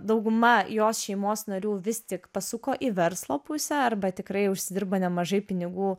dauguma jos šeimos narių vis tik pasuko į verslo pusę arba tikrai užsidirba nemažai pinigų